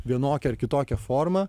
vienokia ar kitokia forma